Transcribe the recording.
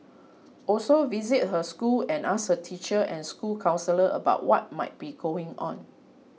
also visit her school and ask her teacher and school counsellor about what might be going on